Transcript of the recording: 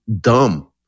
dumb